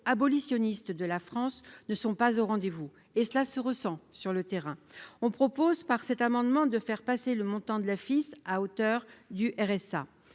abolitionniste de la France ne sont pas au rendez-vous et cela se ressent sur le terrain, on propose par cet amendement, de faire passer le montant de la FIS à hauteur du RSA,